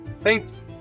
thanks